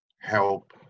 help